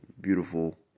beautiful